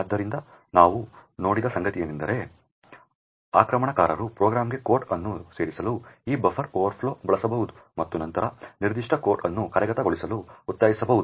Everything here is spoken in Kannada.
ಆದ್ದರಿಂದ ನಾವು ನೋಡಿದ ಸಂಗತಿಯೆಂದರೆ ಆಕ್ರಮಣಕಾರರು ಪ್ರೋಗ್ರಾಂಗೆ ಕೋಡ್ ಅನ್ನು ಸೇರಿಸಲು ಈ ಬಫರ್ ಓವರ್ಫ್ಲೋಗಳನ್ನು ಬಳಸಬಹುದು ಮತ್ತು ನಂತರ ನಿರ್ದಿಷ್ಟ ಕೋಡ್ ಅನ್ನು ಕಾರ್ಯಗತಗೊಳಿಸಲು ಒತ್ತಾಯಿಸಬಹುದು